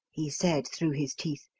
he said, through his teeth.